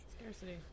scarcity